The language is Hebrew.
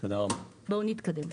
בואו נתקדם.